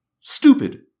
stupid